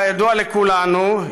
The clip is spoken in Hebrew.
כידוע לכולנו,